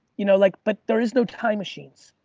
you know like but there is no time machines.